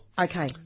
Okay